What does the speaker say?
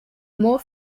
more